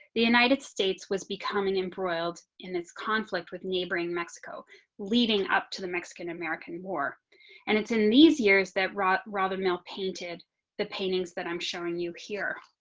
the united states was becoming embroiled in this conflict with neighboring mexico leading up to the mexican american war and it's in these years that raw rather male painted the paintings that i'm showing you here.